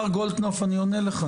הנה אני עונה לך,